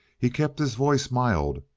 he kept his voice mild.